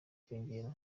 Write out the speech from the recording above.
kiyongera